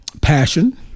Passion